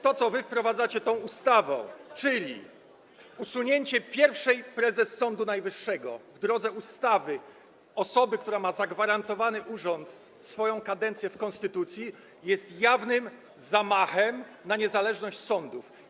To, co wy wprowadzacie tą ustawą, czyli usunięcie pierwszej prezes Sądu Najwyższego w drodze ustawy, osoby, która ma zagwarantowany urząd, swoją kadencję w konstytucji, jest jawnym zamachem na niezależność sądów.